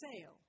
sale